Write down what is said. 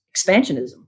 expansionism